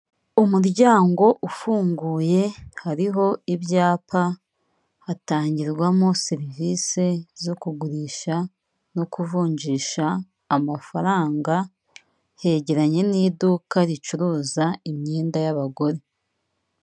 Umuryango ufunguye hariho ibyapa hatangirwamo serivisi zo kugurisha no kuvunjisha amafaranga, hegeranye n'iduka ricuruza imyenda y'abagore.